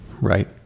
Right